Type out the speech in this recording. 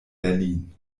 berlin